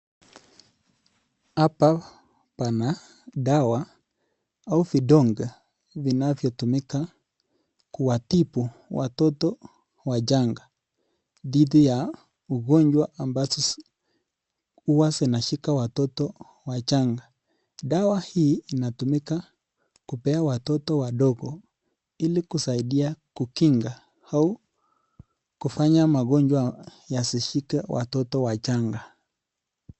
Hapa pana dawa au vidonge vinavyotumika kuwatibu watoto wachanga dhidi ya ugonjwa ambazo huwa zinashika watoto wachanga. Dawa hii inatumika kupea watoto wadogo ili kusaidia kukinga au kufanya magonjwa yasishike watoto wachanga.